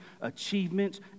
achievements